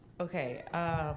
Okay